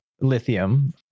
lithium